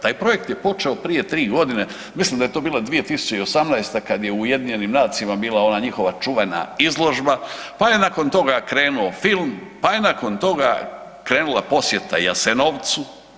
Taj projekt je počeo prije 3 godine, mislim da je to bila 2018. kad je u UN-u bila ona njihova čuvena izložba, pa je nakon toga krenuo film, pa je nakon toga krenula posjeta Jasenovcu.